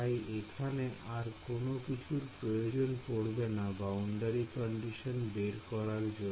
তাই এখানে আর কোন কিছুর প্রয়োজন পড়বে না বাউন্ডারি কন্ডিশন বের করার জন্য